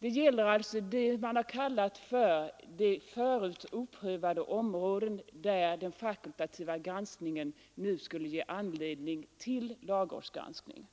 Det gäller alltså vad man kallat de förut oprövade områden där den fakultativa granskningen nu skulle ge anledning till lagrådsgranskning.